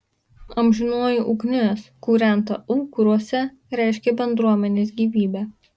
amžinoji ugnis kūrenta aukuruose reiškė bendruomenės gyvybę